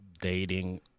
dating